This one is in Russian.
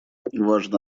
важно